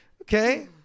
Okay